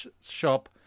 shop